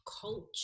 culture